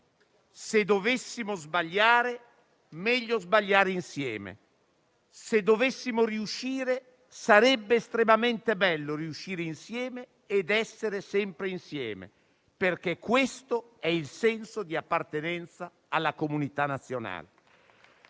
se dovessimo sbagliare, meglio sbagliare insieme. Se dovessimo riuscire, sarebbe estremamente bello riuscire insieme ed essere sempre insieme, perché questo è il senso di appartenenza alla comunità nazionale.